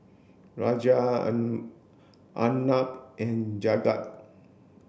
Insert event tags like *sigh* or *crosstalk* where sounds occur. Raja *unintelligible* Arnab and Jagat